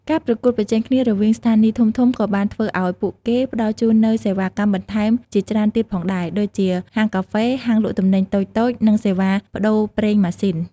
ការប្រកួតប្រជែងគ្នារវាងស្ថានីយ៍ធំៗក៏បានធ្វើឱ្យពួកគេផ្តល់ជូននូវសេវាកម្មបន្ថែមជាច្រើនទៀតផងដែរ ដូចជាហាងកាហ្វេ ហាងលក់ទំនិញតូចៗ និងសេវាប្តូរប្រេងម៉ាស៊ីន។